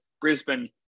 Brisbane